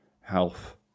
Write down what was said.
health